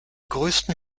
größten